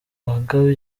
wagabye